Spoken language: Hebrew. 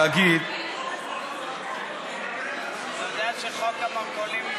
להגיד, אתה יודע שחוק המרכולים נדחה?